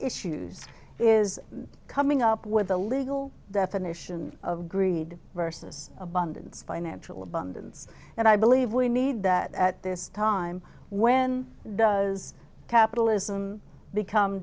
issues is coming up with the legal definition of greed versus abundance financial abundance and i believe we need that at this time when does capitalism become